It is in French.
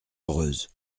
heureuse